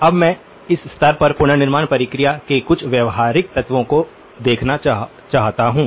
अब मैं इस स्तर पर पुनर्निर्माण प्रक्रिया के कुछ व्यावहारिक तत्वों को देखना चाहता हूं